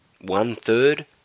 one-third